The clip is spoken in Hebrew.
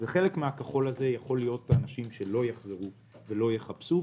וחלק מהכחול הזה יכול להיות אנשים שלא יחזרו ולא יחפשו.